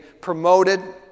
promoted